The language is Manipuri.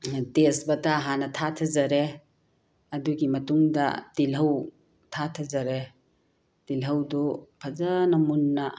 ꯇꯦꯖꯄꯇꯥ ꯍꯥꯟꯅ ꯊꯥꯊꯖꯔꯦ ꯑꯗꯨꯒꯤ ꯃꯇꯨꯡꯗ ꯇꯤꯜꯍꯧ ꯊꯥꯊꯖꯔꯦ ꯇꯤꯜꯍꯧꯗꯨ ꯐꯖꯅ ꯃꯨꯟꯅ